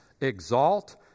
exalt